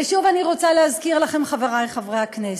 ושוב, אני רוצה להזכיר לכם, חברי חברי הכנסת: